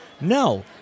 No